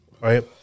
right